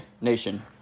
nation